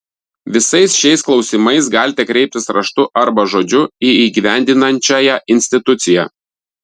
visais šiais klausimais galite kreiptis raštu arba žodžiu į įgyvendinančiąją instituciją